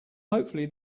hopefully